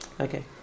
Okay